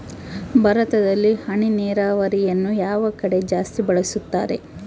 ಭಾರತದಲ್ಲಿ ಹನಿ ನೇರಾವರಿಯನ್ನು ಯಾವ ಕಡೆ ಜಾಸ್ತಿ ಬಳಸುತ್ತಾರೆ?